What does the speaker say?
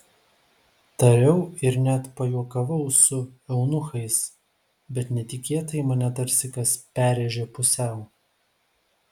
tariau ir net pajuokavau su eunuchais bet netikėtai mane tarsi kas perrėžė pusiau